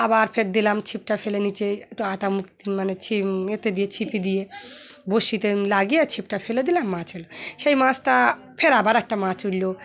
আবার ফের দিলাম ছিপটা ফেলে নিচে একটু আটা মুখ মানে ছি এতে দিয়ে ছিপে দিয়ে বড়শিতে লাগিয়ে আর ছিপটা ফেলে দিলাম মাছ হলো সেই মাছটা ফের আবার একটা মাছ উঠলো